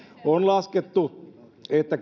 on laskettu että